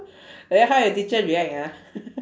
like that how your teacher react ah